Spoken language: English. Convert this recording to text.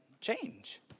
change